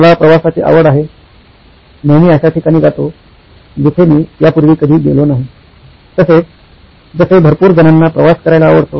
मला प्रवासाची आवड आहे नेहमी अशा ठिकाणी जातो जिथे मी यापूर्वी कधी गेलो नाही तसेच जसे भरपूर जणांना प्रवास करायला आवडतो